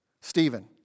Stephen